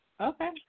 Okay